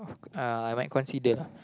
uh I might consider lah